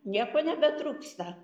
nieko nebetrūksta